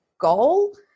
goal